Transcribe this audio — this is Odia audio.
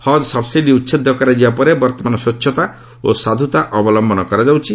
ହଜ୍ ସବ୍ସିଡ଼ି ଉଚ୍ଛେଦ କରାଯିବା ପରେ ବର୍ତ୍ତମାନ ସ୍ୱଚ୍ଛତା ଓ ସାଧୁତା ଅବଲମ୍ଭନ କରାଯାଉଛି